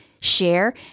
share